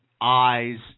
eyes